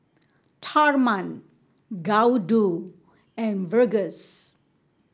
Tharman Gouthu and Verghese